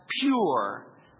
pure